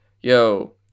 yo